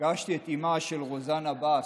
כשפגשתי את אימה של רזאן עבאס,